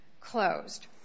closed